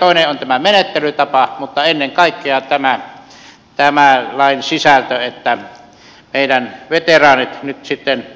toinen on tämä menettelytapa mutta ennen kaikkea on tämä lain sisältö että meidän veteraanimme nyt sitten